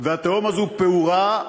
והתהום הזאת פעורה.